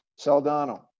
Saldano